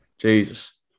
Jesus